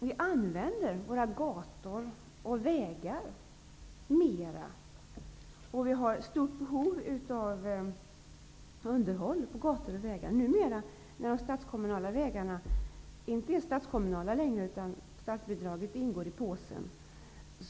Vi använder våra gator och vägar mera, och vi har stort behov av underhåll på dem. Numera är de tidigare statskommunala vägarna inte längre statskommunala, utan statsbidraget ingår i påsen.